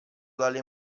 dalle